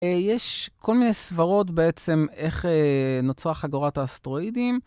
יש כל מיני סברות בעצם איך נוצרה חגורת האסטרואידים.